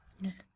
Yes